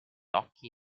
occhi